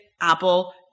Apple